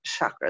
chakras